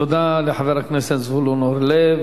תודה לחבר הכנסת זבולון אורלב,